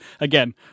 Again